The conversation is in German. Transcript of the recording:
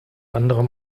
anderem